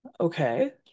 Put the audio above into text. Okay